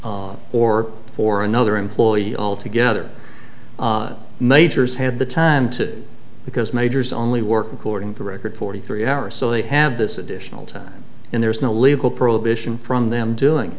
city or for another employee altogether majors have the time to because majors only work according to record forty three hours so they have this additional time and there's no legal prohibition from them doing